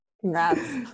congrats